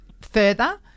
further